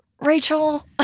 Rachel